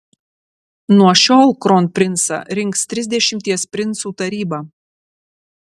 nuo šiol kronprincą rinks trisdešimties princų taryba